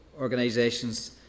organisations